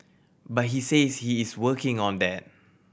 but he says he is working on that